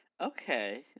Okay